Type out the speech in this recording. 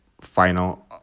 final